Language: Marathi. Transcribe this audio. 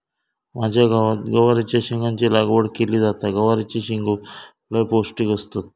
माझ्या गावात गवारीच्या शेंगाची लागवड केली जाता, गवारीचे शेंगो लय पौष्टिक असतत